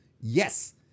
Yes